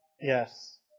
Yes